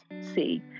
see